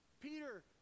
Peter